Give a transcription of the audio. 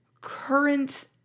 current